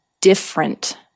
different